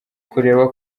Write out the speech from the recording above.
kureba